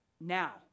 Now